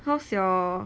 how's your